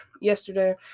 yesterday